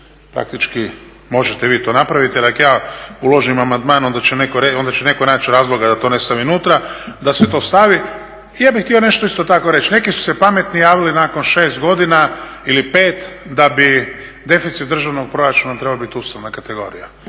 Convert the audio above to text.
praktički možete vi to napravit, jer ako ja uložim amandman onda će neko naći razloga da to ne stavi unutra, da se to stavi. I ja bih htio nešto isto tako reći, neki su se pametni javili nakon 6 godina ili 5 da bi deficit državnog proračuna trebao biti ustavna kategorija.